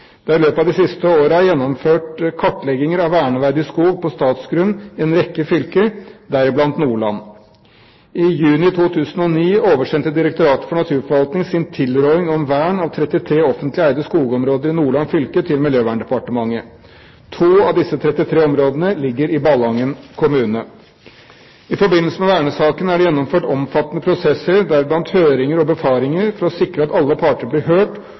Det er i løpet av de siste årene gjennomført kartlegginger av verneverdig skog på statsgrunn i en rekke fylker, deriblant Nordland. I juni 2009 oversendte Direktoratet for naturforvaltning sin tilråding om vern av 33 offentlig eide skogområder i Nordland fylke til Miljøverndepartementet. To av disse 33 områdene ligger i Ballangen kommune. I forbindelse med vernesaken er det gjennomført omfattende prosesser, deriblant høringer og befaringer, for å sikre at alle parter blir hørt